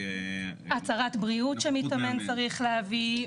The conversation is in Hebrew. הצהרת בריאות שמתאמן צריך להביא.